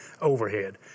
overhead